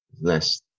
Less